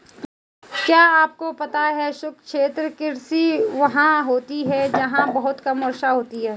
क्या आपको पता है शुष्क क्षेत्र कृषि वहाँ होती है जहाँ बहुत कम वर्षा होती है?